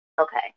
Okay